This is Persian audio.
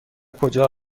کجا